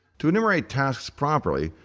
to enumerate tasks properly,